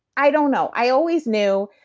i don't know. i always knew,